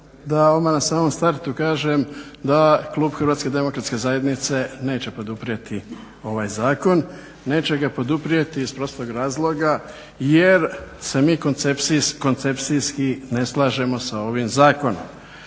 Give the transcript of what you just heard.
da odmah na samom startu kažem da Klub HDZ-a neće poduprijeti ovaj zakon. Neće ga poduprijeti iz prostog razloga jer se mi koncepcijski ne slažemo sa ovim zakonom.